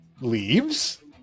leaves